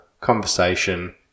conversation